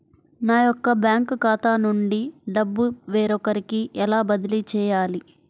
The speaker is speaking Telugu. నా యొక్క బ్యాంకు ఖాతా నుండి డబ్బు వేరొకరికి ఎలా బదిలీ చేయాలి?